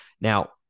Now